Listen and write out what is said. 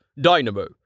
Dynamo